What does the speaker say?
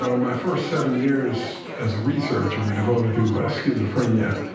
um my first seven years as a researcher were devoted to schizophrenia.